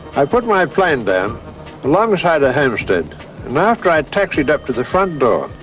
i put my plane down alongside a homestead, and after i'd taxied up to the front door,